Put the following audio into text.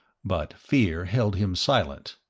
but fear held him silent.